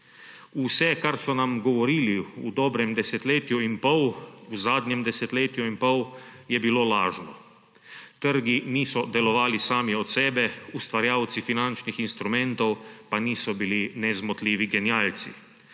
Vse, kar so nam govorili v dobrem desetletju in pol, v zadnjem desetletju in pol, je bilo lažno. Trgi niso delovali sami od sebe, ustvarjalci finančnih instrumentov pa niso bili nezmotljivi genialci.